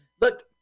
Look